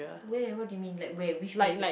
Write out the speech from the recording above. where what do you mean like where which places